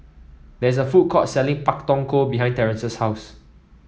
there is a food court selling Pak Thong Ko behind Terence's house